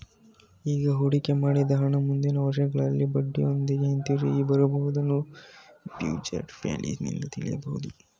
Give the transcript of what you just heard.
ಈಗ ಹೂಡಿಕೆ ಮಾಡಿದ ಹಣ ಮುಂದಿನ ವರ್ಷಗಳಲ್ಲಿ ಬಡ್ಡಿಯೊಂದಿಗೆ ಹಿಂದಿರುಗಿ ಬರುವುದನ್ನ ಫ್ಯೂಚರ್ ವ್ಯಾಲ್ಯೂ ನಿಂದು ತಿಳಿಯಬಹುದು